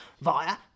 via